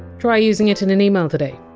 try using it in an email today